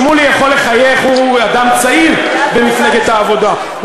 שמולי יכול לחייך, הוא אדם צעיר במפלגת העבודה.